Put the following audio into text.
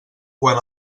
quan